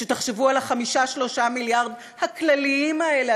ותחשבו על ה-5.3 מיליארד הכלליים האלה,